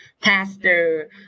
Pastor